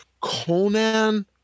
Conan